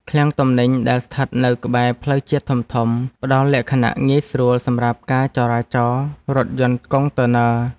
ឃ្លាំងទំនិញដែលស្ថិតនៅក្បែរផ្លូវជាតិធំៗផ្ដល់លក្ខណៈងាយស្រួលសម្រាប់ការចរាចររថយន្តកុងតឺន័រ។